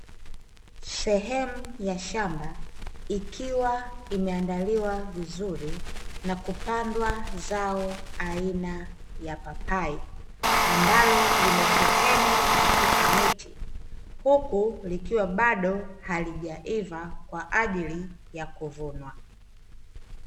Sehemu ya shamba ikiwa imeandaliwa vizuri na kupandwa zao aina ya papai ambalo limesheheni katika miti, huku likiwa bado halijaivaa kwa ajili yakuvunwa.